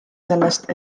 sellest